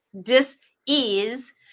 dis-ease